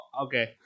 okay